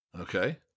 okay